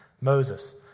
Moses